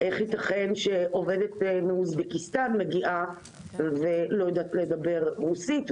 איך ייתכן שמגיעה עובדת מאוזבקיסטן והיא לא יודעת לדבר רוסית?